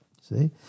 see